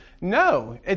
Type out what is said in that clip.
No